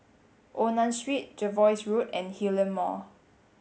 Onan Road Jervois Road and Hillion Mall